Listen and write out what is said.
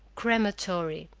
crematory.